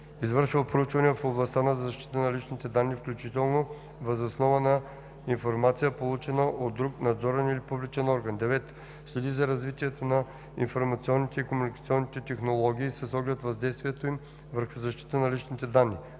извършва проучвания в областта на защитата на личните данни, включително въз основа на информация, получена от друг надзорен или публичен орган; 9. следи за развитието на информационните и комуникационните технологии с оглед въздействието им върху защитата на личните данни.